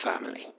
family